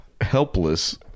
helpless